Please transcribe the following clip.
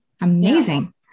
amazing